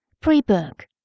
Pre-book